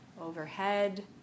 Overhead